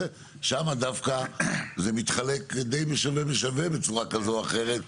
שם דווקא זה מתחלק די שווה בשווה בצורה כזו או אחרת,